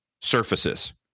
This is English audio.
surfaces